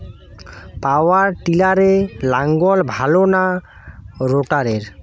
পাওয়ার টিলারে লাঙ্গল ভালো না রোটারের?